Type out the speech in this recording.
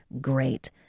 great